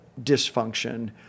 dysfunction